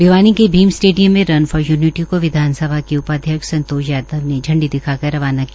भिवानी के भीम स्टेडियम में run for unity को विधान सभा उपाध्यक्ष संतोष यादव ने झंडी दिखाकर रवाना किया